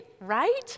right